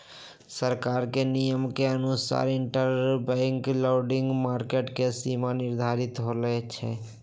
सरकार के नियम के अनुसार इंटरबैंक लैंडिंग मार्केट के सीमा निर्धारित होई छई